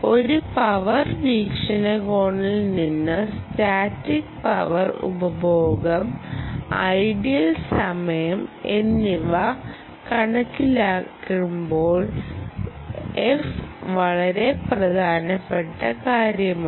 ഒരു പവർ വീക്ഷണകോണിൽ നിന്ന് സ്റ്റാറ്റിക് പവർ ഉപഭോഗം ഐഡിൽ സമയം എന്നിവ കണക്കിലെടുക്കുമ്പോൾ f വളരെ പ്രധാനപ്പെട്ട കാര്യമാണ്